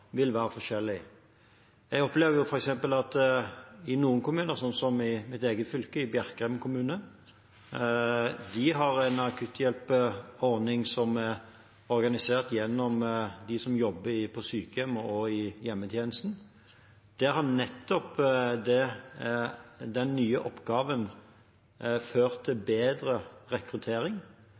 vil være forskjellig. Jeg opplever f.eks. at noen kommuner, slik som i Bjerkreim kommune i mitt eget fylke, har en akutthjelperordning som er organisert gjennom dem som jobber på sykehjem og i hjemmetjenesten. Der har den nye oppgaven ført til bedre rekruttering